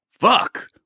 Fuck